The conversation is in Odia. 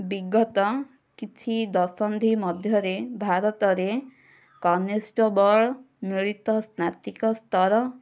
ବିଗତ କିଛି ଦଶନ୍ଧି ମଧ୍ୟରେ ଭାରତରେ କନେଷ୍ଟବଲ ମିଳିତ ସ୍ନାତିକ ସ୍ତର